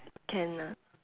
can ah